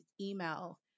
email